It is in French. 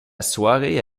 soirée